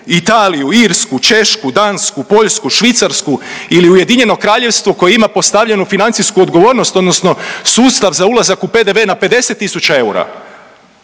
Italiju, Irsku, Češku, Dansku, Poljsku, Švicarsku ili UK koje ima postavljenu financijsku odgovornost odnosno sustav za ulazak u PDV na 50 tisuća eura.